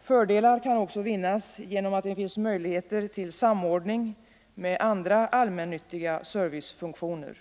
Fördelar kan också vinnas genom att det då skapas möjligheter till samordning med andra allmännyttiga servicefunktioner.